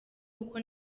kuko